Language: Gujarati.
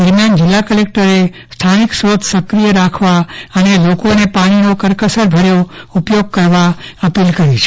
દરમ્યાન જીલ્લા કલેકટરએ સ્થાનિક સ્ત્રોત સક્રિય રાખવા અને લોકોને પાણીનો કરકસર ભર્યો ઉપયોગ કરવા અપીલ કરી છે